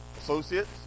associates